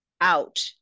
out